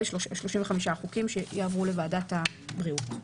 אלה 35 החוקים שיעברו לוועדת הבריאות.